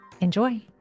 Enjoy